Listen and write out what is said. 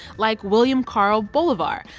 like william carl bolivar,